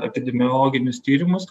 epidemiologinius tyrimus